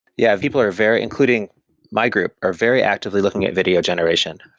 yeah. people are very including my group, are very actively looking at video generation.